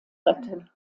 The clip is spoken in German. retten